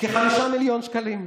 כ-5 מיליון שקלים.